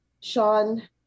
Sean